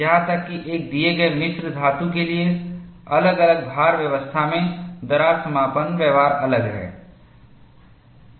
यहां तक कि एक दिए गए मिश्र धातु के लिए अलग अलग भार व्यवस्था में दरार समापन व्यवहार अलग है